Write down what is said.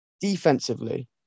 Defensively